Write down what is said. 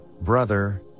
brother